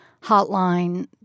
hotline